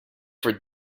for